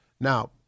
Now